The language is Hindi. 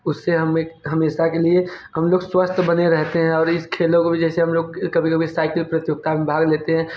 उससे हमें हमेशा के लिए हम लोग स्वस्थ बने रहते हैं और इस खेलों को भी जैसे हम लोग कभी कभी साइकिल प्रतियोगिता में भाग लेते हैं